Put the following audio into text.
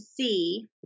see